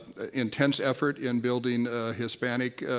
intense effort in building hispanic